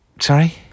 Sorry